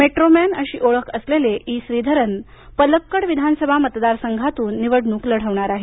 metro man अशी ओळख असलेले ई श्रीधरन पलक्कड विधानसभा मतदार संघातून निवडणूक लढवणार आहेत